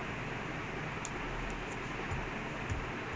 almost immediately but lucky we err like